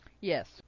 Yes